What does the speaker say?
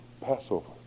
Passover